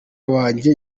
wanjye